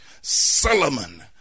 Solomon